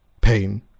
pain